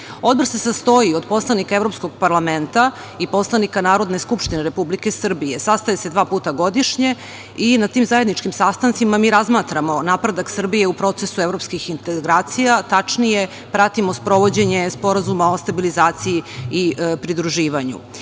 Odbor se sastoji od poslanika Evropskog parlamenta i poslanika Narodne skupštine Republike Srbije. Sastaje se dva puta godišnje i na tim zajedničkim sastancima mi razmatramo napredak Srbije u procesu evropskih integracija, tačnije pratimo sprovođenje Sporazuma o stabilizaciji i pridruživanju. Bavimo